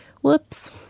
Whoops